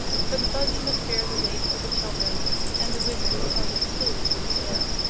for the buggy must bear the weight of the children and the wizard as it flew through the air.